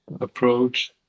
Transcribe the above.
approach